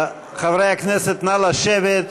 חברי הכנסת, נא לשבת.